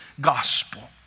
gospel